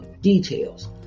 details